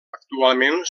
actualment